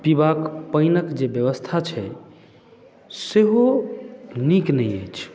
पीबाक पानिक जे व्यवस्था छै सेहो नीक नहि अछि